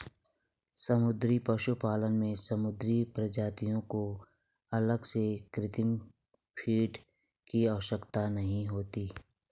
समुद्री पशुपालन में समुद्री प्रजातियों को अलग से कृत्रिम फ़ीड की आवश्यकता नहीं होती